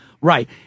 Right